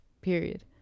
period